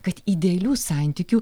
kad idealių santykių